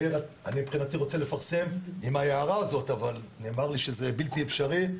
אני מבחינתי רוצה לפרסם עם ההערה הזאת אבל נאמר לי שזה בלתי אפשרי,